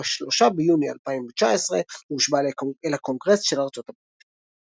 וב-3 ביוני 2019 הוא הושבע אל הקונגרס של ארצות הברית.